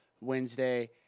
Wednesday